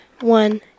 One